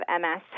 MS